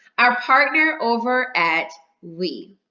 our partner over at we.